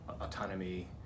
autonomy